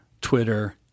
Twitter